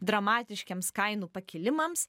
dramatiškiems kainų pakilimams